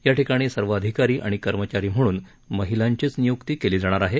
याठिकाणी सर्व अधिकारी आणि कर्मचारी म्हणून महिलांचीच नियुक्ती केली जाणार आहे